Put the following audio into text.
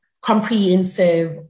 comprehensive